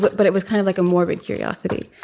but but it was kind of like a morbid curiosity.